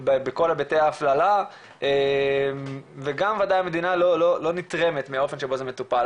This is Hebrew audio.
בכל היבטי ההפללה וגם ודאי המדינה לא נתרמת מהאופן שבו זה מטופל.